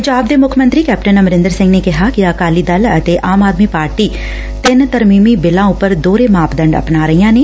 ਪੰਜਾਬ ਦੇ ਮੁੱਖ ਮੰਤਰੀ ਕੈਪਟਨ ਅਮਰਿੰਦਰ ਸਿੰਘ ਨੇ ਕਿਹਾ ਕਿ ਅਕਾਲੀ ਦਲ ਅਤੇ ਆਮ ਆਦਮੀ ਪਾਰਟੀ ਤਿੰਨ ਤਰਮੀਮੀ ਬਿੱਲਾਂ ਉਪਰ ਦੋਹਰੇ ਮਾਪਦੰਡ ਆਪਣਾ ਰਹੀਆਂ ਨੇ